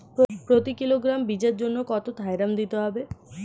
প্রতি কিলোগ্রাম বীজের জন্য কত থাইরাম দিতে হবে?